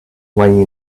when